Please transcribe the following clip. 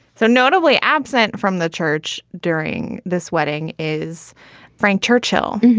so notably absent from the church during this wedding is frank churchill,